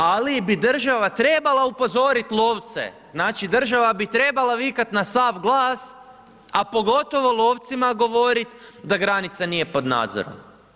Ali bi država trebala upozoriti lovce, znači država bi trebala vikat na sav glas, a pogotovo lovcima govoriti, da granica nije pod nadzorom.